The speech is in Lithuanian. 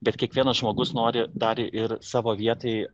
bet kiekvienas žmogus nori dar ir savo vietoj